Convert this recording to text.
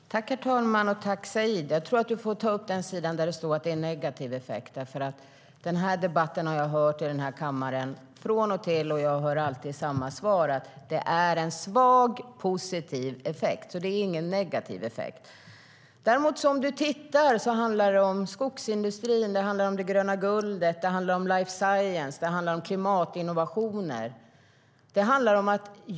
Herr ålderspresident! Tack för frågan, Said! Jag tror att du får slå upp den sidan där det står om negativ effekt. Den här debatten har jag från och till haft i kammaren, och jag har alltid samma svar, att det är en svag positiv effekt. Det är alltså ingen negativ effekt. Det handlar om skogsindustrin, det gröna guldet, om life science, om klimatinnovationer.